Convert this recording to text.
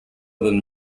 than